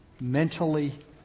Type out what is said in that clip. mentally